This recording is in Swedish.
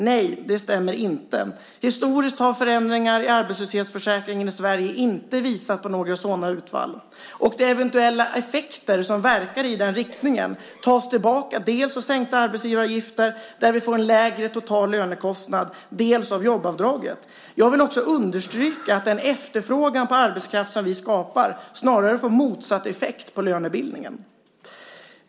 Nej, det stämmer inte. Historiskt har förändringar i arbetslöshetsförsäkringen i Sverige inte visat på några sådana utfall. De eventuella effekter som verkar i den riktningen tas tillbaka dels av sänkta arbetsgivaravgifter där vi får en lägre total lönekostnad, dels av jobbavdraget. Jag vill också understryka att den efterfrågan på arbetskraft som vi skapar snarare får motsatt effekt på lönebildningen.